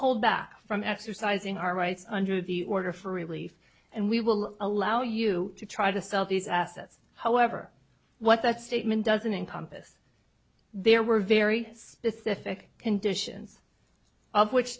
hold back from exercising our rights under the order for relief and we will allow you to try to sell these assets however what that statement doesn't encompass there were very specific conditions of which